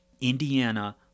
Indiana